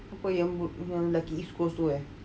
people yang work punya lagi east coast tu eh